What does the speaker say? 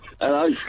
Hello